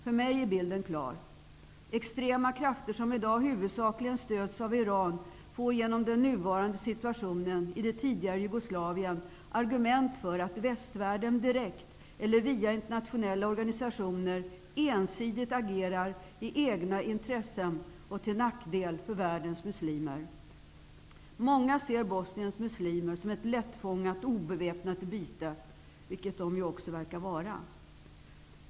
För mig är bilden klar. Extrema krafter som i dag huvudsakligen stöds av Iran får genom den nuvarande situationen i det tidigare Jugoslavien argument för att västvärlden direkt eller via internationella organisationer ensidigt agerar i egna intressen och till nackdel för världens muslimer. Många ser Bosniens muslimer som ett lättfångat obeväpnat byte, vilket de också verkar vara.